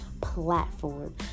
platform